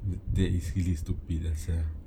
tha~ that is really stupid lah sia